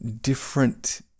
different